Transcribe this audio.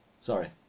Sorry